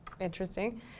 interesting